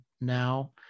now